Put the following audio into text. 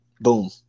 boom